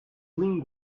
gwin